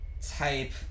type